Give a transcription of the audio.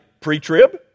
pre-trib